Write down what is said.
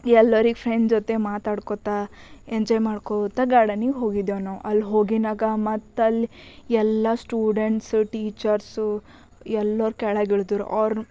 ಎಲ್ಲರಿಗ್ friend ಜೊತೆ ಮಾತಾಡ್ಕೊತ enjoy ಮಾಡ್ಕೋತ ಗಾರ್ಡನಿಗೆ ಹೋಗಿದ್ದೇವು ನಾವು ಅಲ್ಲಿ ಹೋಗಿನಾಗ ಮತ್ತಲ್ಲಿ ಎಲ್ಲ ಸ್ಟೂಡೆಂಟ್ಸು ಟೀಚರ್ಸು ಎಲ್ಲರ್ ಕೆಳಗಿಳಿದ್ರು ಅವ್ರು